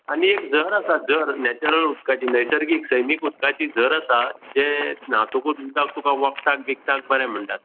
आनी एक झर आसा झर नॅचरल उदकाची नैसर्गीक सैमीक उदकाची झर आसा जें न्हातकूच उदक तुका वखदाक बिखदाक बरें म्हणटात